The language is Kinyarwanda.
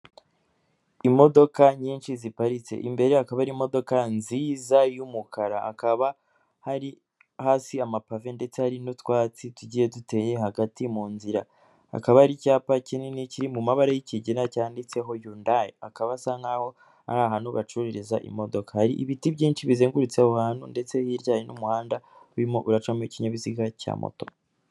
Imodoka nyinshi ziparitse, imbere hakaba ari imodoka nziza y'umukara, hakaba hari hasi amapave ndetse hari n'utwatsi tugiye duteye hagati mu nzira, hakaba hari icyapa kinini kiri mu mabara y'ikigina cyanditseho yundayi, hakaba hasa nk'aho ari ahantu bacururiza imodoka, hari ibiti byinshi bizengurutse aho hantu ndetse hirya hari n'umuhanda birimo uracamo ikinyabiziga cya moto.